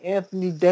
Anthony